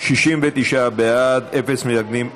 מס' 9 בעד סעיף 1,